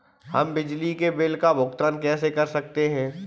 हम बिजली के बिल का भुगतान कैसे कर सकते हैं?